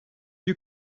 you